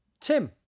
Tim